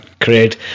Great